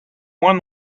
moins